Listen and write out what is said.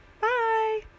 Bye